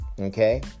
okay